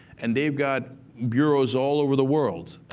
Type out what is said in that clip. and they've got bureaus all over the world,